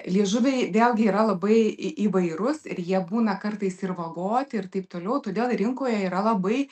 liežuviai vėlgi yra labai į įvairūs ir jie būna kartais ir vagoti ir taip toliau todėl rinkoje yra labai